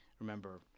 Remember